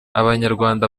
abanyarwanda